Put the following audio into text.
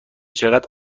چقدر